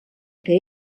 que